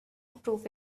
prove